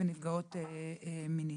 בוקר טוב.